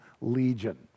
legion